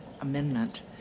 amendment